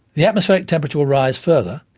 the atmospheric temperature will rise further,